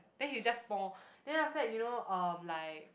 then he just then after that you know um like